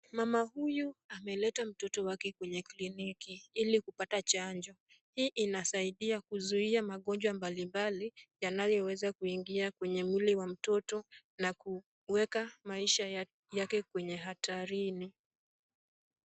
Mama huyu ameleta mtoto wake kwenye kliniki ili kupata chanjo. Hii inasaidia kuzuia magonjwa mbalimbali yanayoweza kuingia kwenye mwili wa mtoto na kuweka maisha yake kwenye hatarini.